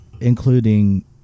including